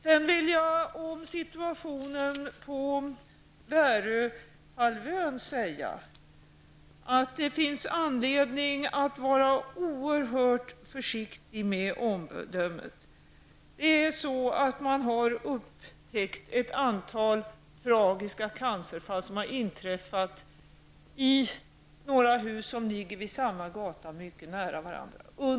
Sedan vill jag om situationen på Värö-halvön säga att det finns anledning att vara oerhört försiktig med omdömen. Man har upptäckt ett antal tragiska cancerfall som under kort tid har drabbat människor som bor i några hus som ligger på samma gata mycket nära varandra.